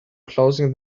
closing